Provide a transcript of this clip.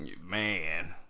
Man